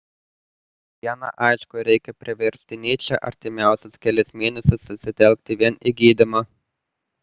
viena aišku reikia priversti nyčę artimiausius kelis mėnesius susitelkti vien į gydymą